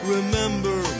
Remember